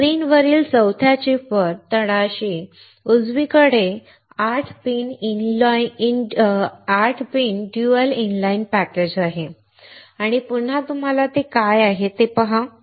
स्क्रीनवरील चौथ्या चिपवर तळाशी उजवीकडे 8 पिन ड्युअल इनलाइन पॅकेज आहे आणि पुन्हा तुम्हाला ते काय आहे ते पहा